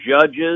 judges